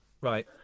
right